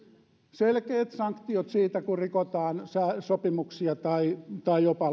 selkeät sanktiot siitä kun rikotaan sopimuksia tai tai jopa